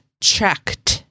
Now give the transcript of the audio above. checked